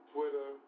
Twitter